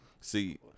See